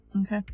Okay